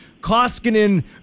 Koskinen